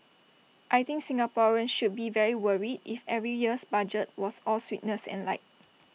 I think Singaporeans should be very worried if every year's budget was all sweetness and light